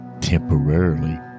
temporarily